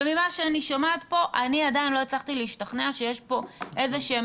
ממה שאני שומעת פה אני עדיין לא הצלחתי להשתכנע שיש פה איזה שהם